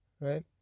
right